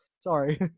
Sorry